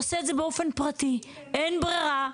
עושה את זה באופן פרטי אין ברירה.